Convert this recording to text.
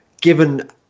given